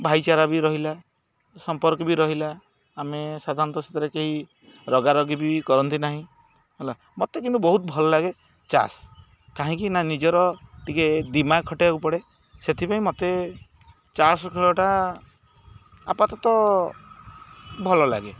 ଭାଇଚାରା ବି ରହିଲା ସମ୍ପର୍କ ବି ରହିଲା ଆମେ ସାଧାରଣତଃ ସେଥିରେ କେହି ରଗା ରଗୀ ବି କରନ୍ତି ନାହିଁ ହେଲା ମତେ କିନ୍ତୁ ବହୁତ ଭଲ ଲାଗେ ତାଷ୍ କାହିଁକି ନା ନିଜର ଟିକେ ଦିମାଗ୍ ଖଟେଇବାକୁ ପଡ଼େ ସେଥିପାଇଁ ମତେ ତାଷ୍ ଖେଳଟା ଆପାତ ତ ଭଲ ଲାଗେ